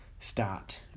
start